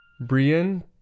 brian